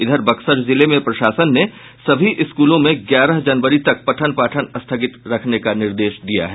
इधर बक्सर जिले में प्रशासन ने सभी स्कूलों में ग्यारह जनवरी तक पठन पठान स्थगित रखने के निर्देश दिये हैं